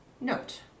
Note